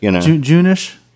June-ish